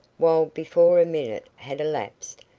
while before a minute had elapsed,